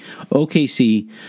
OKC